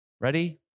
ready